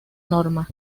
norma